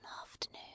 afternoon